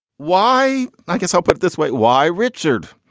why? i guess i'll put it this way. why, richard?